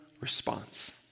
response